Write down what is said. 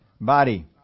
Body